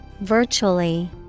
virtually